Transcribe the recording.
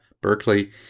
Berkeley